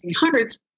1800s